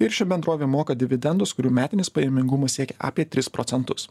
ir ši bendrovė moka dividendus kurių metinis pajamingumas siekia apie tris procentus